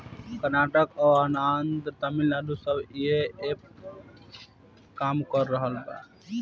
कर्नाटक, आन्द्रा, तमिलनाडू सब ऐइपे काम कर रहल बा